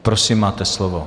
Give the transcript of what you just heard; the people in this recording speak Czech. Prosím, máte slovo.